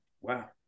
Wow